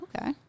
Okay